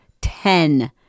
ten